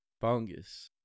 fungus